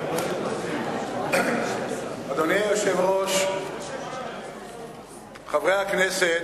אדוני היושב-ראש, חברי הכנסת,